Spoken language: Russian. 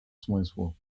смыслу